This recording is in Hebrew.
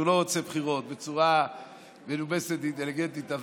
לא רוצה בחירות בצורה מנומסת ואינטליגנטית.